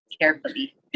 carefully